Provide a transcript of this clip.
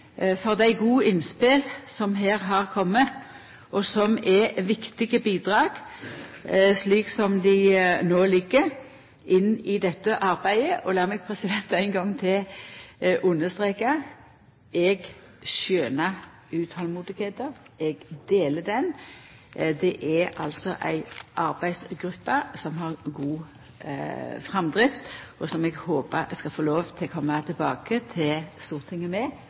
for dei gode innspela som har kome, og som er viktige bidrag slik dei no ligg, inn i dette arbeidet. Og lat meg ein gong til understreka: Eg skjøner utolmodet. Eg deler det. Men det er altså ei arbeidsgruppe i gang som har god framdrift, og eg håpar eg skal få lov til å koma tilbake til Stortinget med